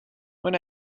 when